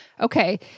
okay